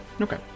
Okay